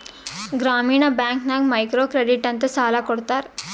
ಗ್ರಾಮೀಣ ಬ್ಯಾಂಕ್ ನಾಗ್ micro credit ಅಂತ್ ಸಾಲ ಕೊಡ್ತಾರ